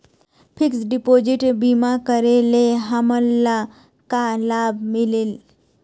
Fix deposit बीमा करे ले हमनला का लाभ मिलेल?